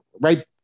right